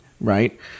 right